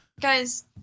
guys